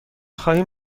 خواهیم